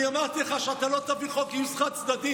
אני אמרת לך שאתה לא תעביר חוק גיוס חד-צדדי.